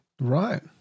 Right